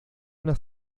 una